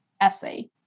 essay